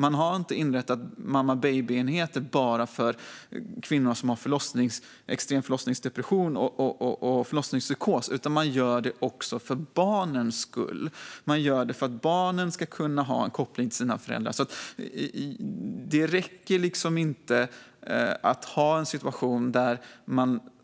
Man har inte inrättat mamma-baby-enheter bara för de kvinnors skull som har extrem förlossningsdepression och förlossningspsykos, utan man har också gjort det för barnens skull. Man gör det för att barnen ska kunna ha en koppling till sina föräldrar. Det räcker inte att